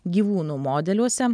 gyvūnų modeliuose